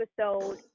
episode